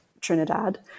Trinidad